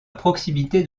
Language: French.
proximité